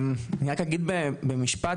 אני רק אגיד במשפט